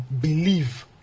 believe